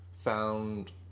found